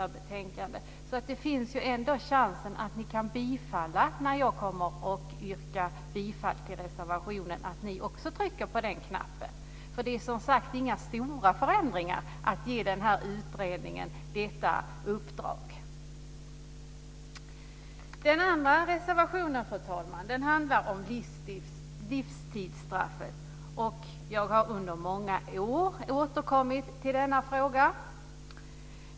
När jag nu har yrkat bifall till reservationen finns det möjlighet också för de övriga ledamöterna att trycka på nej-knappen. Det är inte någon stor förändring att ge det här uppdraget till utredningen. Fru talman! Den andra reservationen handlar om livstidsstraffet. Jag har under många år återkommit till denna fråga.